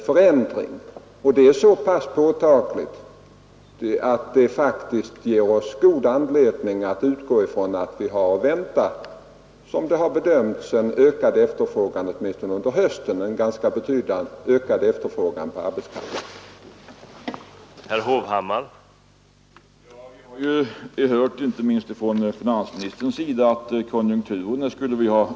Förbättringen av den är så pass påtaglig att det faktiskt ger oss god anledning att utgå från att vi har att vänta, som det har bedömts, en ganska betydligt ökad efterfrågan på arbetskraft åtminstone under hösten.